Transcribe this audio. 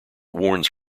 warns